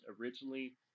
originally